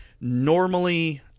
Normally